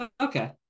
okay